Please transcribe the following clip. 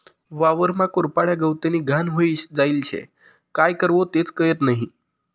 वावरमा कुरपाड्या, गवतनी घाण व्हयी जायेल शे, काय करवो तेच कयत नही?